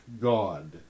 God